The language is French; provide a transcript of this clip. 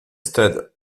stade